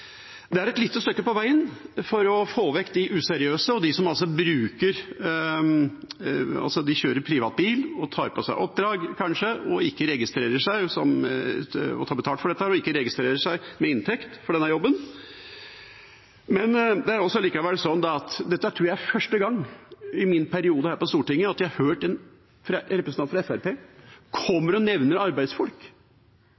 er et lite stykke på veien for å få vekk de useriøse – de som kjører privatbil og kanskje tar på seg oppdrag, tar betalt og får inntekt for jobben uten å registrere seg. Dette tror jeg er første gang i min periode på Stortinget at jeg har hørt en representant fra Fremskrittspartiet nevne arbeidsfolk. Det er det ikke ofte en hører her